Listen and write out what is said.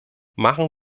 machen